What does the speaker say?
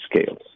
scales